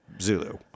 Zulu